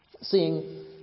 seeing